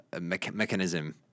mechanism